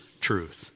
truth